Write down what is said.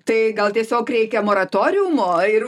tai gal tiesiog reikia moratoriumo ir